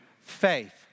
faith